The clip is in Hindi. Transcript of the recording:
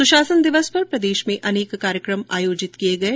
सुशासन दिवस पर प्रदेश में भी अनेक कार्यक्रम आयोजित किये गये